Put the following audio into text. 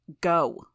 Go